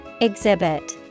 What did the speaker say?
Exhibit